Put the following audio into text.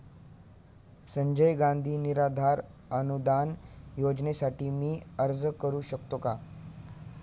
संजय गांधी निराधार अनुदान योजनेसाठी मी अर्ज करू शकते का?